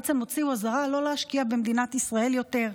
בעצם הוציאו אזהרה לא להשקיע במדינת ישראל יותר.